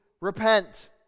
repent